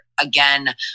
again